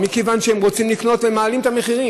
הגבוה.